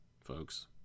folks